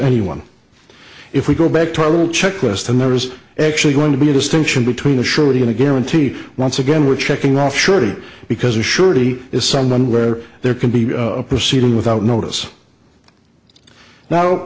anyone if we go back to our little checklist and there is actually going to be a distinction between a surety and a guarantee once again we're checking off surety because a surety is someone where there can be a proceeding without notice